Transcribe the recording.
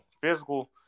physical